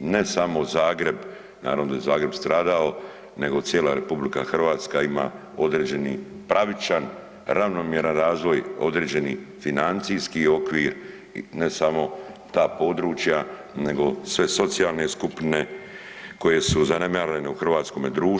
ne samo Zagreb, naravno da je Zagreb stradao, nego cijela RH ima određeni pravičan, ravnomjeran razvoj određeni financijski okvir, ne samo ta područja nego sve socijalne skupine koje su zanemarene u hrvatskome društvu.